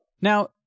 Now